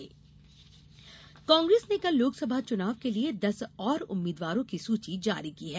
कांग्रेस सूची कांग्रेस ने कल लोकसभा चुनाव के लिए दस और उम्मीदवारों की सूची जारी की है